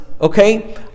okay